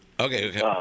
Okay